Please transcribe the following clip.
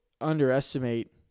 underestimate